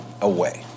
away